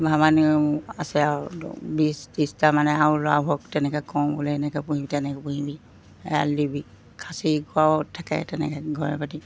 ভালেমান আছে আৰু বিছ ত্ৰিছটা মানে আৰু ল'ৰাবোৰক তেনেকৈ কওঁ বোলো এনেকৈ পুহিবি তেনেকৈ পুহিবি এৰাল দিবি খাচী কৰাও থাকে তেনেকৈ ঘৰে প্ৰতি